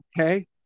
Okay